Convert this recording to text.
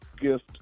gift